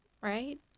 right